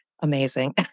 amazing